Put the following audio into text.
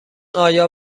آیا